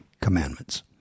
commandments